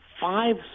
five